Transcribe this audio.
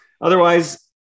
Otherwise